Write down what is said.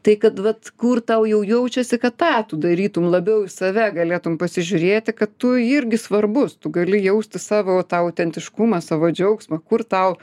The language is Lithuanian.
tai kad vat kur tau jau jaučiasi kad tą tu darytum labiau save galėtum pasižiūrėti kad tu irgi svarbus tu gali jausti savo va tą autentiškumą savo džiaugsmą kur tau